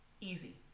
easy